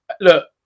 Look